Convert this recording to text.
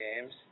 games